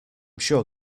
sure